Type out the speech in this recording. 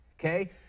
okay